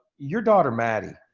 your daughter maddie,